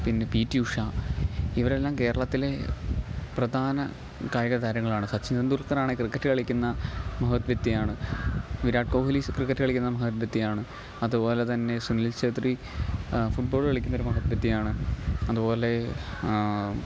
പിന്നെ പി റ്റി ഉഷ ഇവരെല്ലാം കേരളത്തിലെ പ്രധാന കായിക താരങ്ങളാണ് സച്ചിൻ തെന്തുൽക്കറാണേ ക്രിക്കറ്റ് കളിക്കുന്ന മഹത് വ്യക്തിയാണ് വിരാട് കോഹിലി ക്രിക്കറ്റ് കളിക്കുന്ന മഹത് വ്യക്തിയാണ് അതു പോലെതന്നെ സുനിൽ ചേദ്രി ഫുട് ബോള് കളിക്കുന്നൊരു മഹത് വ്യക്തിയാണ് അതുപോലെ